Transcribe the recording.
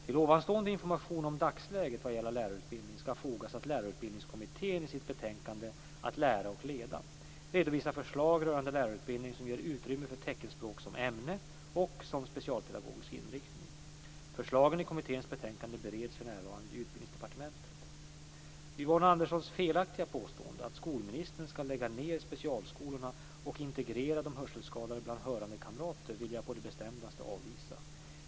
Till ovanstående information om dagsläget vad gäller lärarutbildning ska fogas att Lärarutbildningskommittén i sitt betänkande Att lära och leda redovisar förslag rörande lärarutbildning som ger utrymme för teckenspråk som ämne och som specialpedagogisk inriktning. Förslagen i kommitténs betänkande bereds för närvarande i Utbildningsdepartementet. Yvonne Anderssons felaktiga påstående att skolministern ska lägga ned specialskolorna och integrera de hörselskadade bland hörande kamrater vill jag på det bestämdaste avvisa.